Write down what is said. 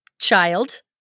child